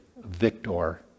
victor